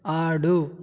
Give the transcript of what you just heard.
ఆడు